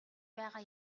байгаа